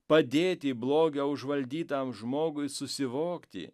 padėti blogio užvaldytam žmogui susivokti